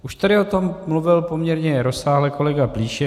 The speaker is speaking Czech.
Už tady o tom mluvil poměrně rozsáhle kolega Plíšek.